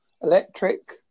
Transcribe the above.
electric